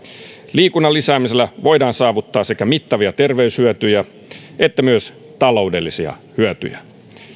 liikunnan lisäämisellä voidaan saavuttaa sekä mittavia terveyshyötyjä että myös taloudellisia hyötyjä